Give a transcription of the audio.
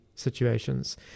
situations